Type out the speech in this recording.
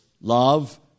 love